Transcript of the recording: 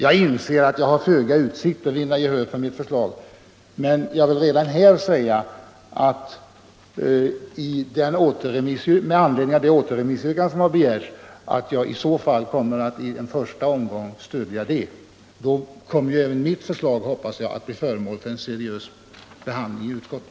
Jag inser att mitt förslag har föga utsikt att vinna kammarens gehör, och jag vill därför redan nu säga att jag i så fall i en första omgång kommer att stödja det återremissyrkande som framställts. Om det yrkandet bifalles kommer väl även mitt förslag att bli föremål för en seriös behandling i utskottet.